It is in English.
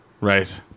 Right